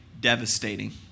devastating